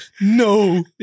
no